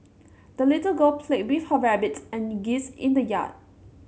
the little girl played with her rabbit and geese in the yard